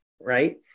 Right